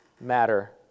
matter